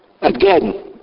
Again